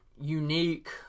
unique